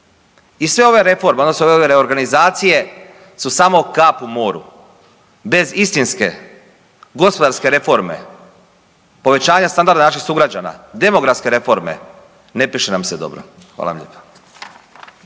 I sve ove reforme odnosno ove reorganizacije su samo kap u moru. Bez istinske gospodarske reforme, povećanja standarda naših sugrađana, demografske reforme ne piše nam se dobro. Hvala vam lijepa.